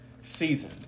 season